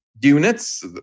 units